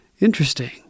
Interesting